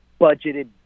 budgeted